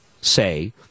say